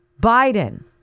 Biden